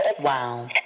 Wow